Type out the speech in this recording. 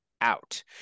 out